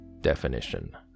definition